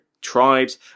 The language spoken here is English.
tribes